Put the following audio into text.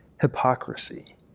hypocrisy